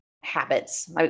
habits